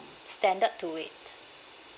standard to it